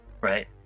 right